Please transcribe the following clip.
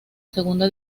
segunda